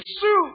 suit